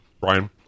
Brian